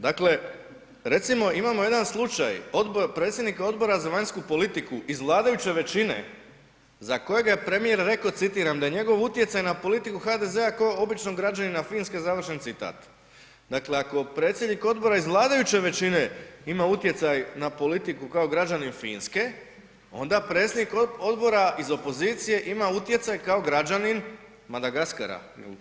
Dakle, recimo imamo jedan slučaj predsjednika Odbora za vanjsku politiku iz vladajuće većine za kojega je premijer rekao citiram „da je njegov utjecaj na politiku HDZ-a ko običnog građanina Finske“, dakle ako predsjednik odbora iz vladajuće većine ima utjecaj na politiku kao građanin Finske, onda predsjednik odbora iz opozicije ima utjecaj kao građanin Madagaskara.